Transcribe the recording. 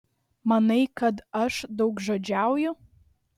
manai kad aš daugžodžiauju